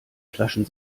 flaschen